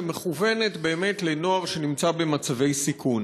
שמכוונת באמת לנוער שנמצא במצבי סיכון.